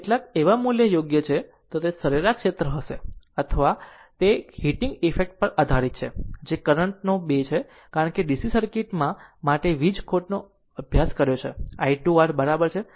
જો કેટલાક એવા મૂલ્યો યોગ્ય છે તો તે સરેરાશ ક્ષેત્ર હશે અથવા ક whatલ એ હીટિંગ ઇફેક્ટ પર આધારીત છે જે કરંટનો 2 છે કારણ કે DC સર્કિટમાં આપણે વીજ ખોટનો અભ્યાસ કર્યો છે i 2 r બરાબર છે